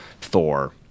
Thor